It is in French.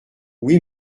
oui